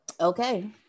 Okay